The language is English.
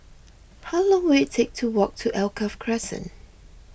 how long will it take to walk to Alkaff Crescent